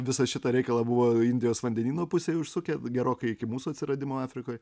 visą šitą reikalą buvo indijos vandenyno pusėje užsukę gerokai iki mūsų atsiradimo afrikoj